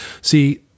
See